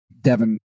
Devin